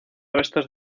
restos